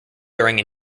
during